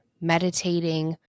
meditating